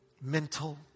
mental